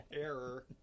error